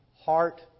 Heart